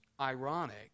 ironic